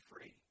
free